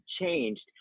changed